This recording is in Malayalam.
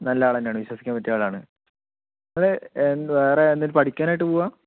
നല്ല ആൾ തന്നെയാണ് വിശ്വസിക്കാൻ പറ്റിയ ആൾ ആണ് അതെ വേറെ എന്തെങ്കിലും പഠിക്കാൻ ആയിട്ടു പോവുകയാണോ